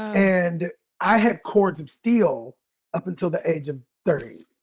and i had cords of steel up until the age of thirty,